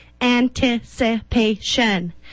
Anticipation